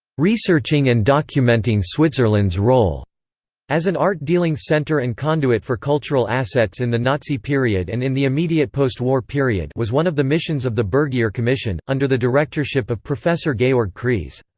researching and documenting switzerland's role as an art-dealing centre and conduit for cultural assets in the nazi period and in the immediate post-war period was one of the missions of the bergier commission, under the directorship of professor georg kreis.